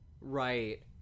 Right